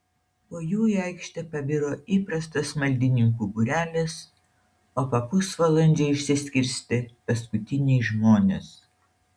po jų į aikštę pabiro įprastas maldininkų būrelis o po pusvalandžio išsiskirstė paskutiniai žmonės